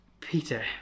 Peter